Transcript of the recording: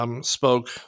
spoke